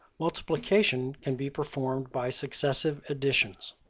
multiplication can be performed by successive additions.